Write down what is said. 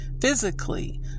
physically